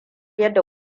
yadda